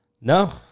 No